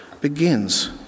begins